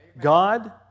God